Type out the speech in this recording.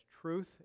truth